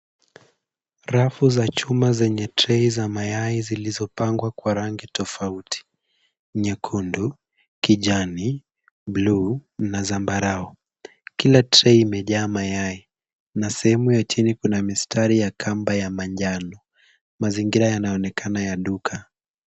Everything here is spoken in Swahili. Rafu za chuma zenye trei za mayai zilizopangwa kwa rangi tofauti, nyekundu, kijani, bluu na zambarau. Kila trei imejaa mayai na sehemu ya chini kuna mistari ya kamba ya manjano. Mazingira yanaonekana ya duka.